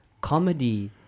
comedy